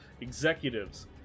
executives